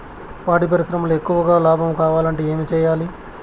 పాడి పరిశ్రమలో ఎక్కువగా లాభం కావాలంటే ఏం చేయాలి?